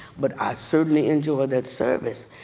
but i certainly enjoyed that service.